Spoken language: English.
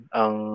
ang